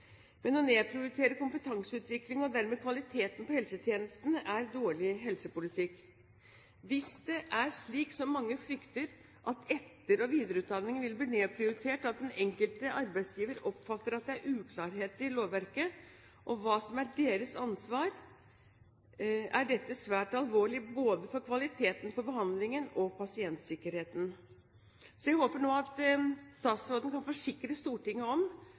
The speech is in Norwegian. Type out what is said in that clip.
Men å nedprioritere kompetanseutvikling og dermed kvaliteten på helsetjenestene er dårlig helsepolitikk. Hvis det er slik som mange frykter, at etter- og videreutdanningen vil bli nedprioritert, og at enkelte arbeidsgivere oppfatter at det er uklarheter i lovverket om hva som er deres ansvar, er dette svært alvorlig, både for kvaliteten på behandlingen og for pasientsikkerheten. Så jeg håper nå at statsråden kan forsikre Stortinget om